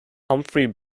humphrey